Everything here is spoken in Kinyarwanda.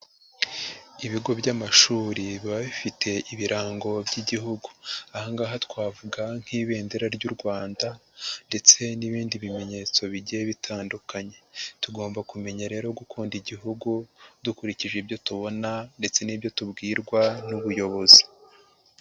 Ibigo by'amashuri biba bifite ibirango by'igihugu. Aha ngaha twavuga nk'ibendera ry'u Rwanda ndetse n'ibindi bimenyetso bigiye bitandukanye. Tugomba kumenya rero gukunda igihugu, dukurikije ibyo tubona ndetse n'ibyo tubwirwa n'ubuyobozi.